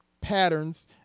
patterns